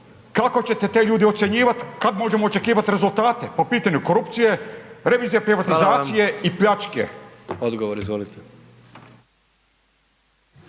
kako ćete te ljude ocjenjivat, kad možemo očekivat rezultate po pitanju korupcije, revizije, privatizacije i pljačke …/Upadica: